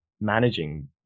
managing